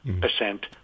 percent